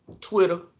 Twitter